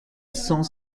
cent